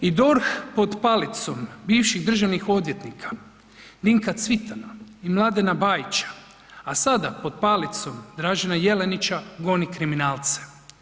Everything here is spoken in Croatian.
I DORH pod palicom bivših državnih odvjetnika Vinka Cvitana i Mladena Bajića, a sada pod palicom Dražena Jelenića goni kriminalce.